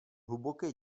hluboké